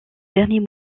derniers